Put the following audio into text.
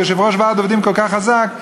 כיושב-ראש ועד עובדים כל כך חזק,